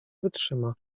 wytrzyma